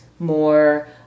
more